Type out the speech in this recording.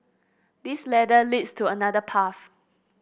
this ladder leads to another path